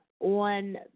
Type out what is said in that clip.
on